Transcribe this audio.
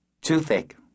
Toothache